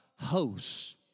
hosts